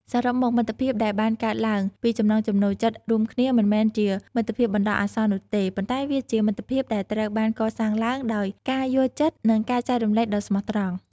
សរុបមក មិត្តភាពដែលបានកើតឡើងពីចំណង់ចំណូលចិត្តរួមគ្នាមិនមែនជាមិត្តភាពបណ្ដោះអាសន្ននោះទេ ប៉ុន្តែវាជាមិត្តភាពដែលត្រូវបានកសាងឡើងដោយការយល់ចិត្តនិងការចែករំលែកដ៏ស្មោះត្រង់។